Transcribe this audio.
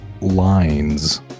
lines